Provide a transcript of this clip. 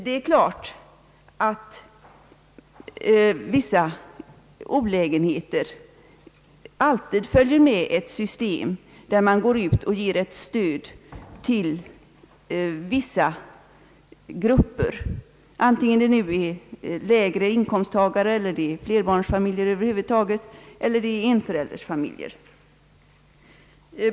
Det är klart att en del olägenheter alltid följer med ett system som innebär att man ger stöd till vissa grupper, antingen det nu gäller lägre inkomsttagare, flerbarnsfamiljer över huvud taget eller enföräldersfamiljer.